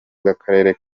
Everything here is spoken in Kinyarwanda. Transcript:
bw’akarere